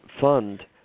fund